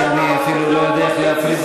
שאני אפילו לא יודע איך להפריד ביניהם.